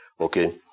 Okay